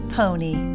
pony